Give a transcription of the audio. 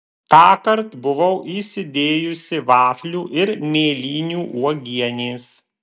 tąkart buvau įsidėjusi vaflių ir mėlynių uogienės